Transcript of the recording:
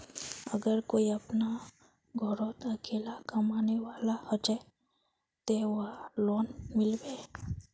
अगर कोई अपना घोरोत अकेला कमाने वाला होचे ते वहाक लोन मिलबे?